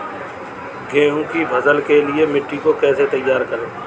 गेहूँ की फसल के लिए मिट्टी को कैसे तैयार करें?